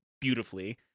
beautifully